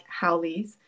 Howleys